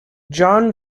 john